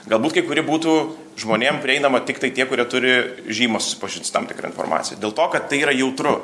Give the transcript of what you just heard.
galbūt kai kuri būtų žmonėm prieinama tiktai tie kurie turi žymas susipažint su tam tikra informacija dėl to kad tai yra jautru